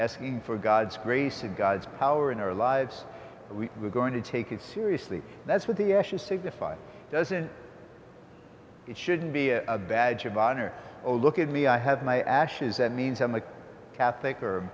asking for god's grace to god's power in our lives we were going to take it seriously that's what the ashes signifies doesn't it shouldn't be a badge of honor or look at me i have my ashes that means i'm a catholic